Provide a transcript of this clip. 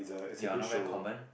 ya not very common